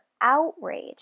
outrage